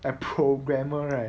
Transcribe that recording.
like programmer right